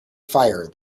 fire